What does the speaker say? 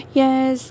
yes